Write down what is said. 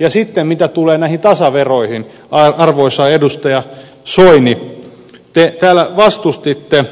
ja sitten mitä tulee näihin tasaveroihin arvoisa edustaja soini te täällä vastustitte